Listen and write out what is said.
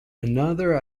another